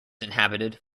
inhabited